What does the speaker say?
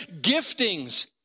giftings